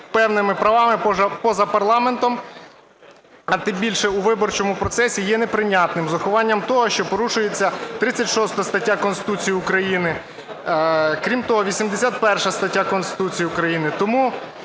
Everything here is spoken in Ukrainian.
певними правами поза парламентом, а тим більше у виборчому процесі є неприйнятним з урахуванням того, що порушується 36 стаття Конституції України, крім того, 81 стаття Конституції України.